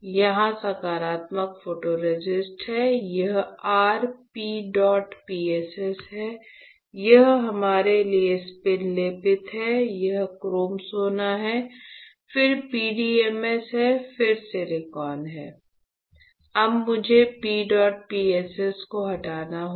यहां सकारात्मक फोटोरेसिस्ट है यह r P डॉट PSS है यह हमारे पास स्पिन लेपित है यहां क्रोम सोना है फिर PDMS है फिर सिलिकॉन है अब मुझे P डॉट PSS को हटाना होगा